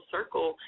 Circle